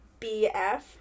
BF